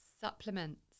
supplements